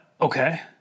Okay